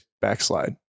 backslide